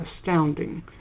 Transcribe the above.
astounding